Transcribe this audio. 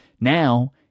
Now